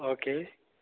okay